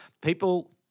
people